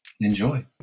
enjoy